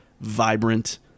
vibrant